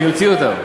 אני אוציא אותם.